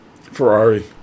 Ferrari